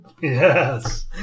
Yes